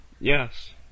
Yes